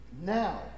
Now